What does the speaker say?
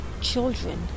children